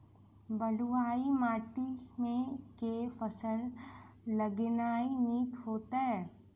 बलुआही माटि मे केँ फसल लगेनाइ नीक होइत?